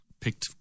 picked